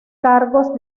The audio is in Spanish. cargos